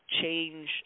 change